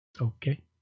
Okay